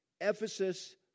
Ephesus